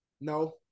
No